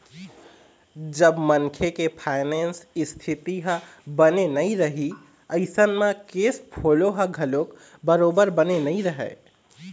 जब मनखे के फायनेंस इस्थिति ह बने नइ रइही अइसन म केस फोलो ह घलोक बरोबर बने नइ रहय